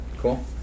cool